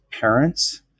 parents